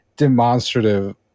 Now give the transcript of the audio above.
demonstrative